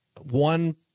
one